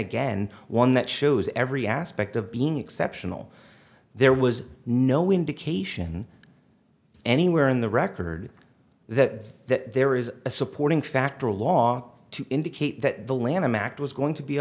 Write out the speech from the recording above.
again one that shows every aspect of being exceptional there was no indication anywhere in the record that that there is a supporting factor law to indicate that the lanham act was going to be